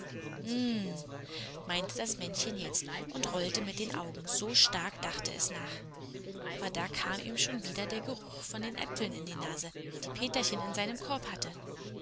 meinte das männchen jetzt und rollte mit den augen so stark dachte es nach aber da kam ihm schon wieder der geruch von den äpfeln in die nase die peterchen in seinem korbe hatte